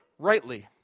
rightly